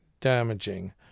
damaging